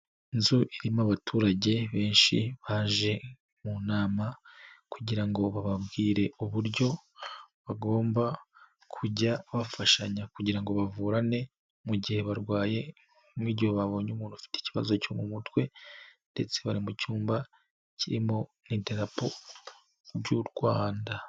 Inzu irimo abaturage benshi baje mu nama, kugira ngo bababwire uburyo bagomba kujya bafashanya, kugira ngo bavurane, mu gihe barwaye n'ibyo babonye umuntu ufite ikibazo cyo mu mutwe, ndetse bari mu cyumba kirimo n'idarapo by'u Rwanda.